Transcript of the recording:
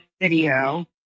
video